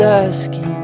asking